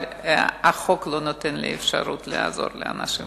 אבל החוק לא נותן לי אפשרות לעזור לאנשים האלה.